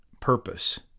purpose